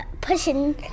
pushing